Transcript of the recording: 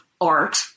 art